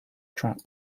trap